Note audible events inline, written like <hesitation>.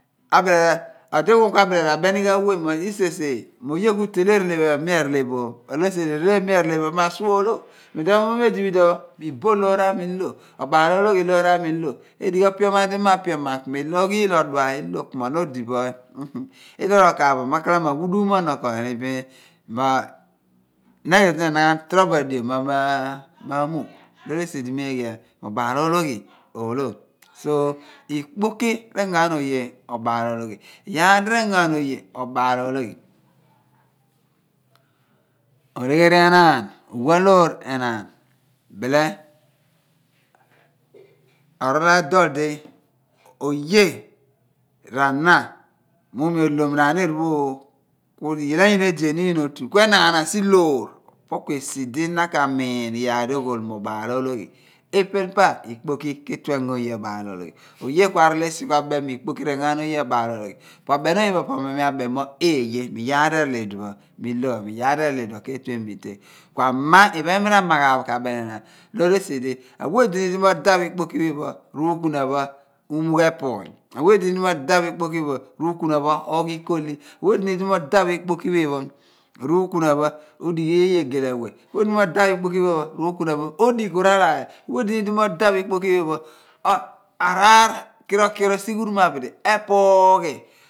Kua bile rabenighan we mo ilseseeny ni mo oye kutele erelepho mi a relebooh loor esi di erele pho mi a relebo asuo olo iduon mi odi bo iduon pho iboh loor ami ilo abaal oologhi loor ami olha illo iduon ro kaaph bo bin ghalamo r'aghuuduum mo ono bin moh <hesitation> nyna ketue ni enaaghaan torobo adio mo ono maamuugh noor esi di mo obaal ologhi olno kuidighi ku ikpoki rengo ghan oye obaal ologhi iyaar di rengoghaan oye obaaloghi <hesitation> olegheri enaan r'uwaloor pho enaan bile r'orool a dool di oye r'ana muum mo oldnom r'aniigh ku iyaal ayina edi oniin ologhotu ku e nagha naan loor i pa kuesidi na ka min iyaar di oghol mo obaal ologhi epel pa ikpoki keetue engo oye obaal oologhi oye ku a pool esi kuabem mo ikpoki r'engo ghan oye obaal ologhi po pho mo mi a bem mo eeye mo a birini pho o phon pho mo iyaar di erool i dipho ke tue emiteh kuama iphen pho mi rama ghaabo ko beni yina loor esi di awe odini di mo daaph ikpoki phi phen pho ku r'ukuna pho umuugh duugh epuuny awe odini di odaaph ikpoki phi phen pho r'uukunapho ughi ikoli awe di mo daph ikpoki phi phen pho r'uukuna pho odighi iyeghele awe, awe di mo daaph ikpoki phi phen pho r'uukuna pho mo di ku ralaay awe di mo daph ikpoki phi phen pho a <hesitation> a r'aar si ghu duum abidi epuughi.